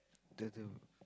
the the